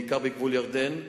בעיקר בגבול ירדן,